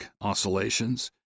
oscillations